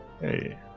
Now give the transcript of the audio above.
Hey